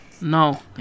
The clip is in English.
No